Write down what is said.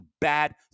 bad